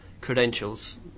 credentials